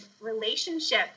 relationship